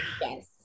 Yes